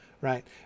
right